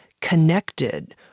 connected